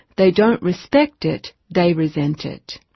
they don't respect it, they resent it.